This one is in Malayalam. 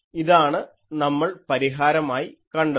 ഇതാണ് നമ്മൾ പരിഹാരമായി കണ്ടത്